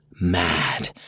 Mad